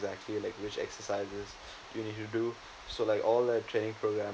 like feel like which exercises you need to do so like all their training program